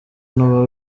ntuba